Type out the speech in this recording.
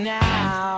now